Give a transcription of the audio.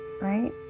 right